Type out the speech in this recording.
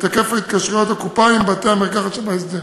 היקף ההתקשרויות בקופה עם בתי-המרקחת שבהסדר.